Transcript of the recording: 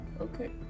Okay